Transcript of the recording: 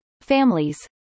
Families